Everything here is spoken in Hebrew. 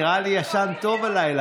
נראה לי שישנת טוב הלילה,